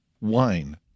wine